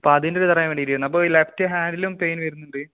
അപ്പോൾ അതിൻ്റെ ഇത് പറയാൻ വേണ്ടിയിട്ടായിരുന്നു അപ്പോൾ ലെഫ്റ്റ് ഹാൻഡിലും പെയിൻ വരുന്നുണ്ട്